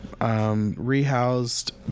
rehoused